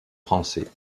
français